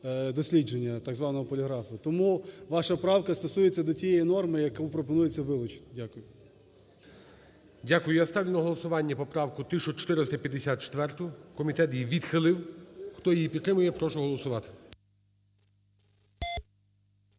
дослідження, так званого поліграфу. Тому ваша правка стосується до тієї норми, яку пропонується вилучити. Дякую. ГОЛОВУЮЧИЙ. Дякую. Я ставлю на голосування поправку 1454. Комітет її відхилив. Хто її підтримує, я прошу голосувати.